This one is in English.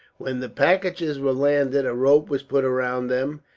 when the packages were landed a rope was put round them,